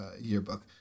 yearbook